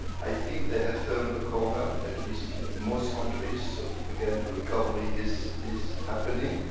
i think they have turned the corner, at least in most countries, so, again the recovery is is happening,